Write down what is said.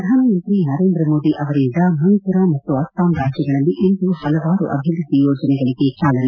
ಪ್ರಧಾನಮಂತಿ ನರೇಂದ ಮೋದಿ ಅವರಿಂದ ಮಣಿಪುರ ಮತ್ತು ಅಸ್ವಾಂ ರಾಜ್ಯಗಳಲ್ಲಿ ಇಂದು ಹಲವಾರು ಅಭಿವ್ಬದ್ದಿ ಯೋಜನೆಗಳಿಗೆ ಚಾಲನೆ